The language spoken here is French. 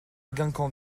guingamp